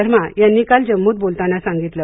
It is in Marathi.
शर्मा यांनी काल जम्मूत बोलताना सांगितल